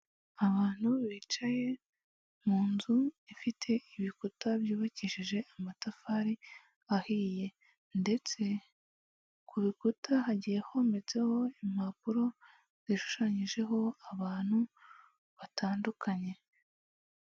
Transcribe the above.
Abantu bicaye mu nzu ifite ibikuta byubakishije amatafari ahiye ndetse ku rukuta hagiye hometseho impapuro zishushanyijeho abantu batandukanye.